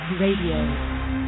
Radio